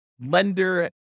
lender